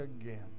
again